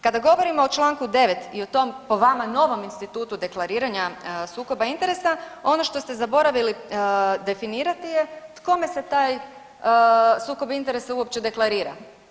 Kada govorimo o čl. 9. i o tom po vama novom institutu deklariranja sukoba interesa ono što ste zaboravili definirati je kome se taj sukob interesa uopće deklarira?